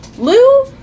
Lou